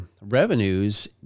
revenues